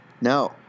No